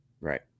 right